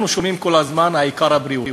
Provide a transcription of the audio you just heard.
אנחנו שומעים כל הזמן "העיקר הבריאות".